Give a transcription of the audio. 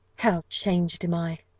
how changed am i,